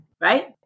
right